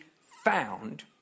found